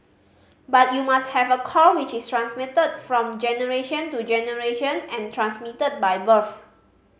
but you must have a core which is transmitted from generation to generation and transmitted by birth